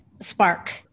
spark